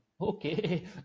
Okay